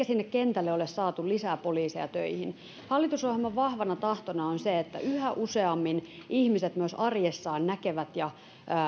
sinne kentälle ole saatu lisää poliiseja töihin hallitusohjelman vahvana tahtona on se että yhä useammin ihmiset myös arjessaan näkevät ja